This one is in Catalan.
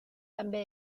també